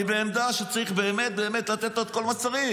אני בעמדה שצריך באמת באמת לתת לו את כל מה שצריך.